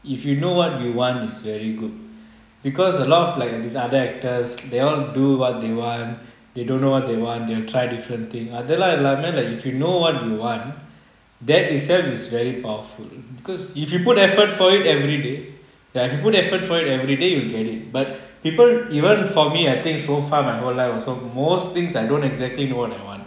if you know what you want is very good because a lot of like these other actors they all do what they want they don't know what they want they'll try different thing அதுலாம் இல்லாம:athulam illama like if you know what you want that itself is very powerful because if you put effort for it everyday ya if you put effort for it everyday you'll get it but people even for me I think so far my whole life most things I don't exactly know what I want